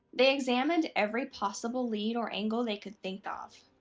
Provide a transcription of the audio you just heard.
they examined every possible lead or angle they could think of,